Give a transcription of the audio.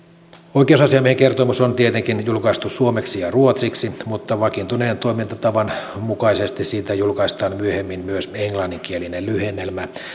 oikeusasiamiehen kertomus on tietenkin julkaistu suomeksi ja ruotsiksi mutta vakiintuneen toimintatavan mukaisesti siitä julkaistaan myöhemmin myös englanninkielinen lyhennelmä